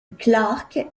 clarke